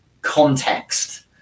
context